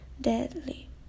deadly